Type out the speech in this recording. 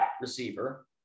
receiver